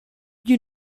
you